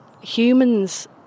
Humans